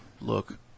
look